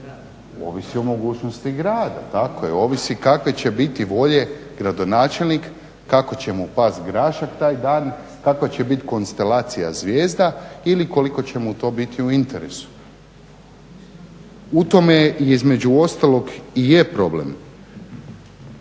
ovisi o mogućnosti grada. Tako je, ovisi kakve će biti volje gradonačelnik, kako će mu past grašak taj dan, kakva će bit konstelacija zvijezda ili koliko će mu to biti u interesu. U tome između ostalog i je problem.